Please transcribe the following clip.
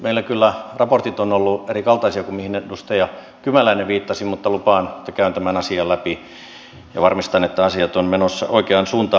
meillä kyllä raportit ovat olleet erikaltaisia kuin mihin edustaja kymäläinen viittasi mutta lupaan että käyn tämän asian läpi ja varmistan että asiat ovat menossa oikeaan suuntaan